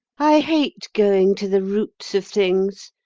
i hate going to the roots of things,